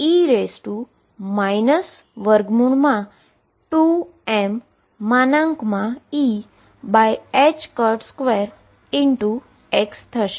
x0 પાસે તે Be 2mE2x થશે